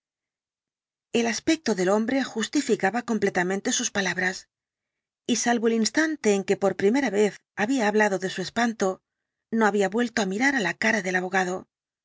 el aspecto del hombre justificaba completamente sus palabras y salvo el instante en que por primera vez había hablado de su espanto no había vuelto á mirar á la cara del abogado